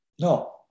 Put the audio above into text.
No